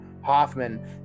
Hoffman